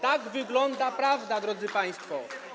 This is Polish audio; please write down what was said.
Tak wygląda prawda, drodzy państwo.